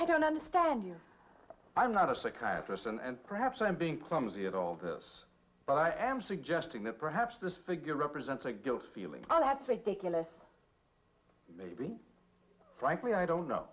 i don't understand you i'm not a psychiatrist and perhaps i'm being clumsy in all this but i am suggesting that perhaps this figure represents a guilt feeling oh that's ridiculous maybe frankly i don't know